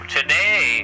Today